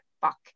fuck